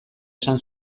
esan